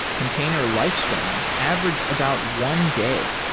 container lifespans averaged about one day.